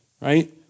right